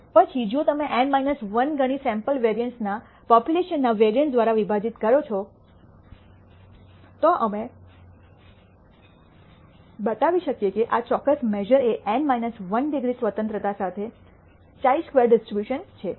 પછી જો તમે N 1 ગણી સૈમ્પલ વેરિઅન્સને પોપ્યુલેશન ના વેરિઅન્સ દ્વારા વિભાજીત કરો છો તો અમે બતાવી શકીએ કે આ ચોક્કસ મેશ઼રએ N 1 ડિગ્રી સ્વતંત્રતા સાથે χ સ્ક્વેર્ડ ડિસ્ટ્રીબ્યુશન છે